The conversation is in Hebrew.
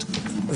הסבירות".